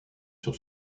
sur